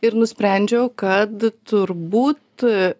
ir nusprendžiau kad turbūt